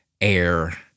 air